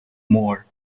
more